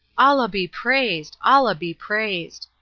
allah be praised! allah be praised!